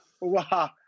wow